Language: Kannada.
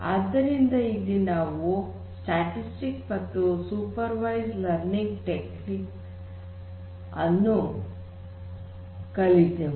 ಆದ್ದರಿಂದ ಇಲ್ಲಿ ನಾವು ಸ್ಟ್ಯಾಟಿಸ್ಟಿಕ್ಸ್ ಮತ್ತು ಸೂಪರ್ ವೈಸ್ಡ್ ಲರ್ನಿಂಗ್ ಟೆಕ್ನಿಕ್ ಅನ್ನು ಕಲಿತೆವು